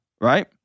right